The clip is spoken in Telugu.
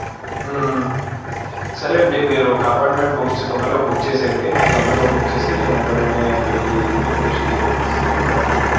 సరే అండి మీరు ఒక అపార్ట్మెంట్ బుక్స్ తొందరగా బుక్ చేసేయండి నాకు తొందరగా బుక్ చేస్తే నేను వెంట వెంటనే వెళ్ళి వెరిఫికేషన్ చేసి వచ్చేస్తాను సరేనా